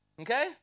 okay